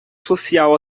social